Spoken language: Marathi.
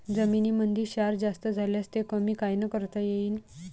जमीनीमंदी क्षार जास्त झाल्यास ते कमी कायनं करता येईन?